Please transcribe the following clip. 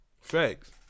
Facts